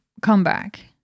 comeback